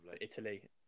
Italy